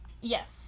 Yes